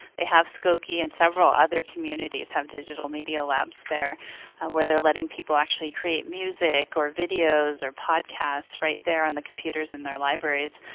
they have skokie and several other communities have digital media labs there where they're letting people actually create music, or videos, or podcasts right there on the computers in their libraries.